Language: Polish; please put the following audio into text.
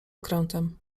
okrętem